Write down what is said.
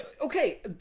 Okay